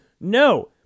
No